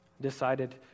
decided